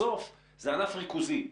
בסוף זה ענף ריכוזי.